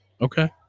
Okay